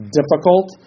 difficult